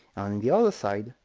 on and the other side,